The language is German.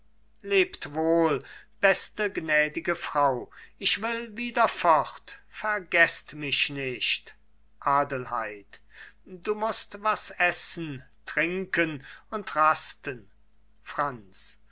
lebt wohl beste gnädige frau ich will wieder fort vergeßt mich nicht adelheid du mußt was essen trinken und rasten franz